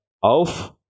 Auf